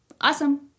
Awesome